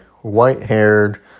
white-haired